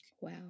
Wow